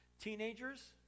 teenagers